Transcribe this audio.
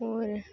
होर